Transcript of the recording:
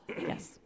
Yes